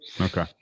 Okay